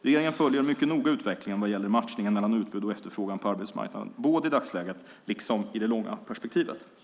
Regeringen följer mycket noga utvecklingen vad gäller matchningen mellan utbud och efterfrågan på arbetsmarknaden både i dagsläget och i det långa perspektivet.